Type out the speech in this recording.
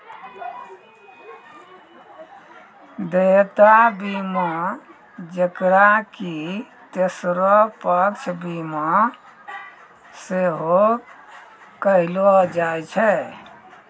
देयता बीमा जेकरा कि तेसरो पक्ष बीमा सेहो कहलो जाय छै